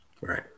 Right